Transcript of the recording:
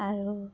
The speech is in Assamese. আৰু